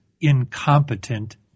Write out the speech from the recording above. incompetent